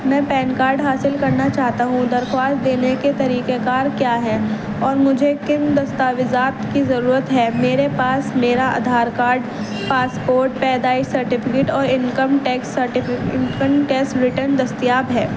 میں PAN card حاصل کرنا چاہتا ہوں درخواست دینے کے طریقہ کار کیا ہیں اور مجھے کن دستاویزات کی ضرورت ہے میرے پاس میرا آدھار کاڈ پاسپورٹ پیدائش سرٹیپھکٹ اور انکم ٹیکس سرٹیفی انکم ٹیس ریٹرن دستیاب ہے